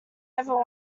over